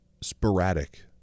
sporadic